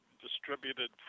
distributed